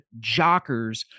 JOCKERS